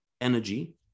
energy